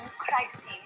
Crisis